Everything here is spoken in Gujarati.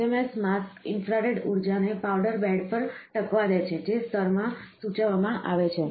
SMS માસ્ક ઇન્ફ્રારેડ ઊર્જાને પાવડર બેડ પર ટકવા દે છે જે સ્તરમાં સૂચવવામાં આવે છે